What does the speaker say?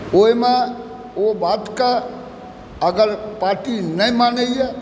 ओहिमे ओ बातके अगर पार्टी नहि मानैया